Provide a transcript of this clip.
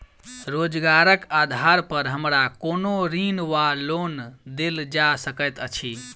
रोजगारक आधार पर हमरा कोनो ऋण वा लोन देल जा सकैत अछि?